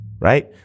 Right